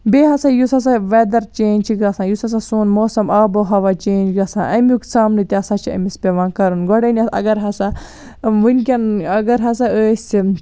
بیٚیہِ ہَسا ہُس ہَسا ویٚدر چینٛج چھُ گژھان یُس ہَسا سون موسم آب وَ ہوا چینٛج گژھان امیُک سامنہٕ تہِ ہَسا چھُ أمس پیٚوان کرُن گۄڈٕنیٚتھ اگر ہَسا ونکیٚن اگر ہَسا أسۍ